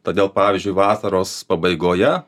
todėl pavyzdžiui vasaros pabaigoje